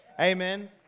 Amen